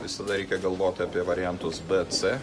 visada reikia galvoti apie variantus b c